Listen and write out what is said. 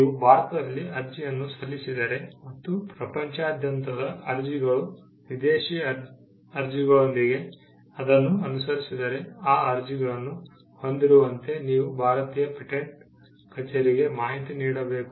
ನೀವು ಭಾರತದಲ್ಲಿ ಅರ್ಜಿಯನ್ನು ಸಲ್ಲಿಸಿದ್ದರೆ ಮತ್ತು ಪ್ರಪಂಚದಾದ್ಯಂತದ ಅರ್ಜಿಗಳು ವಿದೇಶಿ ಅರ್ಜಿಗಳೊಂದಿಗೆ ಅದನ್ನು ಅನುಸರಿಸಿದ್ದರೆ ಆ ಅರ್ಜಿಗಳನ್ನು ಹೊಂದಿರುವಂತೆ ನೀವು ಭಾರತೀಯ ಪೇಟೆಂಟ್ ಕಚೇರಿಗೆ ಮಾಹಿತಿ ನೀಡಬೇಕು